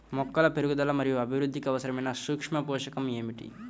మొక్కల పెరుగుదల మరియు అభివృద్ధికి అవసరమైన సూక్ష్మ పోషకం ఏమిటి?